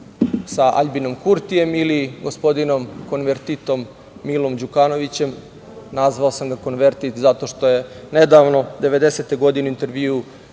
sa Aljbinom Kurtijem ili gospodinom konvertitom Milom Đukanovićem. Nazvao sam ga „konvertit“ zato što je nedavno 1990. godine u intervjuu